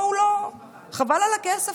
חבל על הכסף.